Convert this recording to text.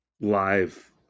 live